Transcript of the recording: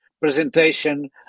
presentation